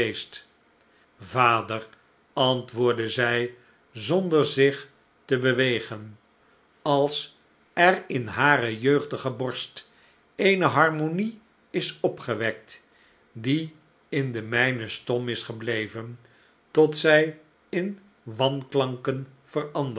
vader antwoordde zij zonder zich te bewegen als er in hare jeugdige borst eene harmonie is opgewekt die in de mijne stom is gebleven tot zij in wanklanken